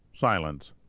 Silence